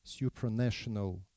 supranational